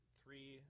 three